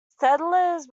settlers